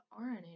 RNA